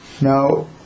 Now